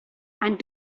and